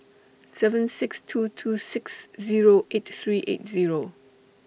seven six two two six Zero eight three eight Zero